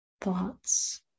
thoughts